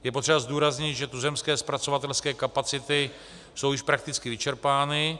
Je potřeba zdůraznit, že tuzemské zpracovatelské kapacity jsou již prakticky vyčerpány.